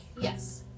yes